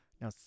now